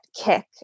kick